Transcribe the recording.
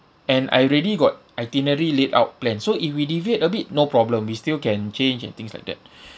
and I already got itinerary laid out plan so if we deviate a bit no problem we still can change and things like that